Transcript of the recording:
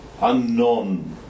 unknown